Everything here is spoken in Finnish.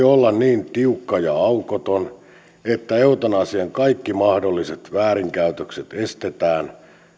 olla niin tiukka ja aukoton että eutanasian kaikki mahdolliset väärinkäytökset estetään